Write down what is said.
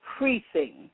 increasing